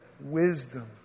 Wisdom